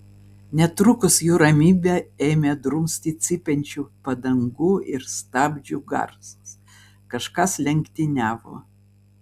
netrukus jų ramybę ėmė drumsti cypiančių padangų ir stabdžių garsas kažkas lenktyniavo